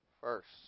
first